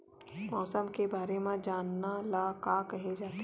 मौसम के बारे म जानना ल का कहे जाथे?